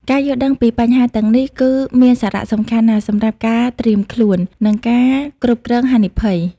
ការយល់ដឹងពីបញ្ហាទាំងនេះគឺមានសារៈសំខាន់ណាស់សម្រាប់ការត្រៀមខ្លួន និងការគ្រប់គ្រងហានិភ័យ។